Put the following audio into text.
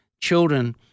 children